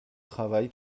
travail